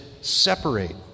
Separate